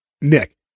Nick